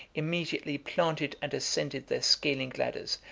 immediately planted and ascended their scaling-ladders,